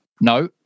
no